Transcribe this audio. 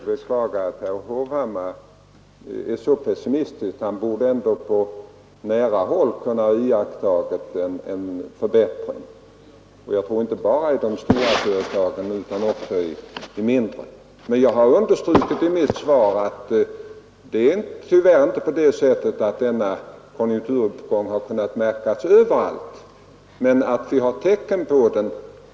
Herr talman! Jag beklagar att herr Hovhammar är så pessimistisk. Han borde ändå på nära håll ha kunnat iaktta en förbättring, inte bara i de stora företagen utan också i de mindre. Jag har understrukit i mitt svar att konjunkturuppgången inte har kunnat märkas överallt, men att vi har tecken på den.